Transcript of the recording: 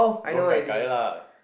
go gai gai lah